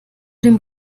dem